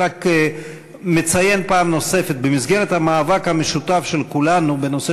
אני רק מציין פעם נוספת: במסגרת המאבק המשותף של כולנו בנושא